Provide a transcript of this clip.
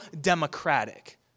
democratic